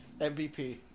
MVP